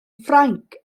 ffrainc